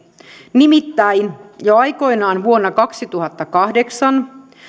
nimittäin jo aikoinaan vuonna kaksituhattakahdeksan